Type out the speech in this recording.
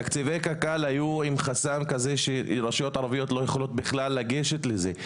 תקציבי קק"ל היו עם חסם כזה שרשויות ערביות לא יכולות בכלל לגשת לזה.